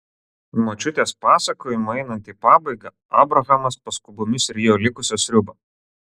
močiutės pasakojimui einant į pabaigą abrahamas paskubomis rijo likusią sriubą